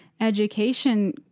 education